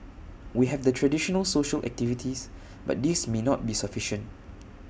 we have the traditional social activities but these may not be sufficient